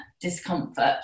discomfort